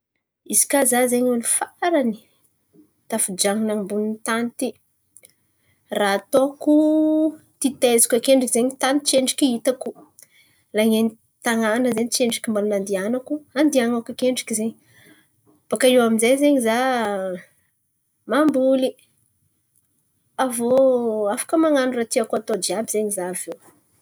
Izy kà za zen̈y olo farany tafijanon̈o ambony tany ty, raha ataoko titeziko ankedriky tany tsiary hitako. Lan̈iany tan̈àna zen̈y tsy endriky mba nandihanako, handihan̈ako akendriky zen̈y. Bôka iô aminjay zen̈y za mamboly. Aviô afaka man̈ano raha tiako hatao jiàby zen̈y za aviô.